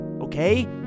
Okay